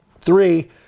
three